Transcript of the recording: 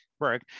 work